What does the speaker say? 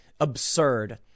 absurd